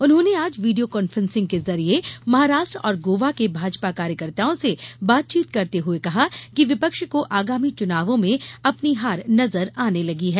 उन्होंने आज video conferencing के जरिये महाराष्ट्र और गोवा के भाजपा कार्यकर्ताओं से बातचीत करते हुए कहा कि विपक्ष को आगामी चुनावों में अपनी हार नजर आने लगी है